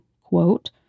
quote